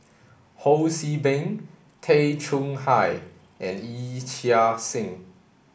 Ho See Beng Tay Chong Hai and Yee Chia Hsing